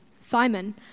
Simon